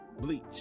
bleach